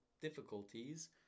Difficulties